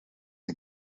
een